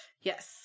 Yes